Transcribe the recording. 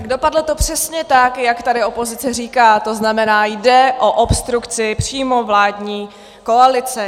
Dopadlo to přesně tak, jak tady opozice říká, to znamená, jde o obstrukci přímo vládní koalice.